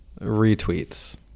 retweets